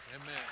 Amen